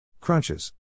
Crunches